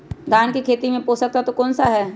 धान की खेती में पोषक तत्व कौन कौन सा है?